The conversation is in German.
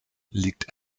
liegt